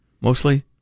Mostly